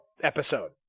episode